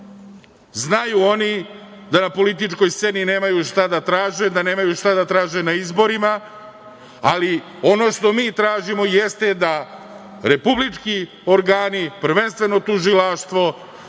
znaju oni da na političkoj sceni nemaju šta da traže, da nemaju šta da traže na izborima. Ono što mi tražimo jeste da republički organi, prvenstveno tužilaštvo,